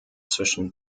zwischen